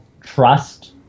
trust